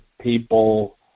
people